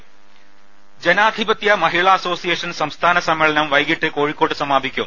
കലകലകലകലകലകലകല ജനാധിപത്യമഹിളാ അസോസിയേഷൻ സംസ്ഥാന സമ്മേളനം വൈകിട്ട് കോഴിക്കോട്ട് സമാപിക്കും